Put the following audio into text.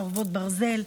חרבות ברזל),